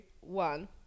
one